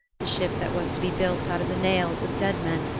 the ship that was to be built out of the nails of dead men,